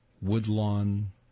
Woodlawn